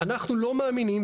אנחנו לא מאמינים,